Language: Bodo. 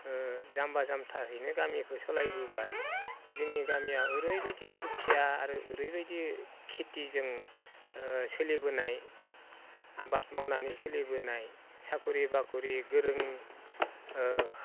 जाम्बा जाम्थाहैनो गामिखो सलायबोबाय जोंनि गामिया ओरैबायदि दुखिया आरो ओरैबायदि खिथिजों सोलिबोनाय आबाद मावनानै सोलिबोनाय साख्रि बाख्रि गोरों